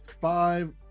five